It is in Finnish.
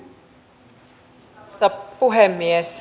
arvoisa puhemies